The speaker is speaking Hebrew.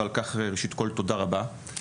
ועל כך ראשית כל תודה רבה.